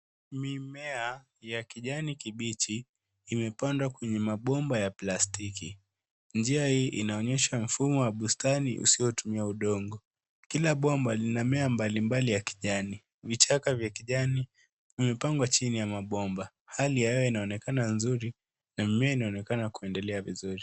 Mimea ya kijani kibichi imepandwa kwenye mabomba ya plastiki. Njia hii inaonyesha mfumo wa bustani usiotumia na udongo. Kila bomba lina mmea mbalimbali ya kijani. Vichaka vya kijani vimepangwa chini ya mabomba. Hali ya hewa inaonekana nzuri na mimea inaonekana kuendelia vizuri.